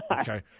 Okay